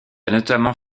notamment